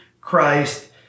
Christ